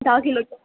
धा किलो